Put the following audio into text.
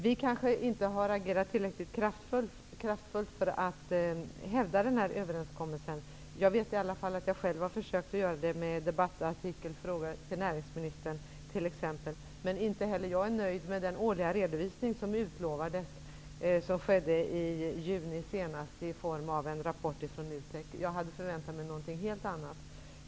Vi kanske inte har agerat tillräckligt kraftfullt för att hävda överenskommelsen. Jag vet i alla fall att jag själv har försökt att göra det i t.ex. debattartiklar och genom att ställa frågor till näringsministern. Inte heller jag är nöjd med den årliga redovisning som utlovades och som senast skedde i juni i form av en rapport från NUTEK. Jag hade förväntat mig någonting helt annat.